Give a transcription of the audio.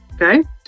okay